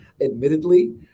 admittedly